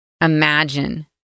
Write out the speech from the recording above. Imagine